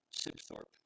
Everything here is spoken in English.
Sibthorpe